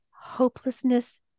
hopelessness